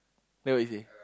then what he say